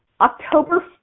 October